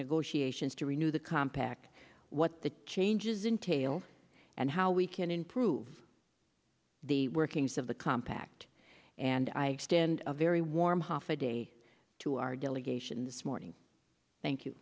negotiations to renew the compact what the changes in tail and how we can improve the workings of the compact and i extend a very warm half a day to our delegation this morning thank you